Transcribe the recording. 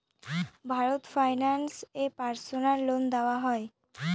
Bharat finance এ personal loan দেওয়া হয়?